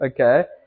okay